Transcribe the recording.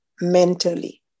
mentally